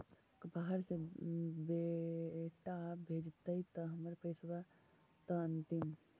बाहर से बेटा भेजतय त हमर पैसाबा त अंतिम?